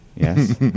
Yes